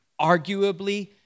arguably